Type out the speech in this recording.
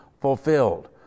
fulfilled